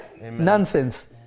nonsense